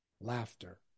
laughter